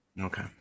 Okay